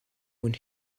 when